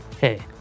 Hey